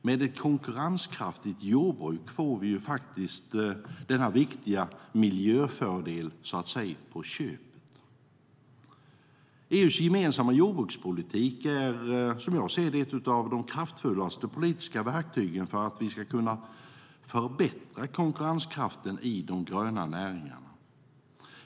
Med ett konkurrenskraftigt jordbruk får vi denna viktiga miljöfördel med oss på köpet.EU:s gemensamma jordbrukspolitik är ett av de kraftfullaste politiska verktyg som vi har för att kunna förbättra konkurrenskraften i de gröna näringarna.